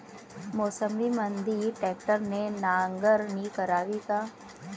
मोसंबीमंदी ट्रॅक्टरने नांगरणी करावी का?